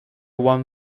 one